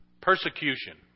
Persecution